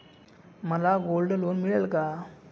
मला gold loan मिळेल का?